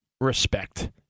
respect